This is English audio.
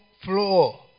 floor